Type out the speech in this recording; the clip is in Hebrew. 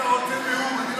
אני לא רוצה להיות אתה.